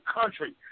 country